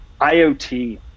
IoT